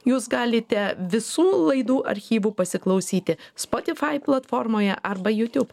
jūs galite visų laidų archyvų pasiklausyti spotifai platformoje arba jiutiūb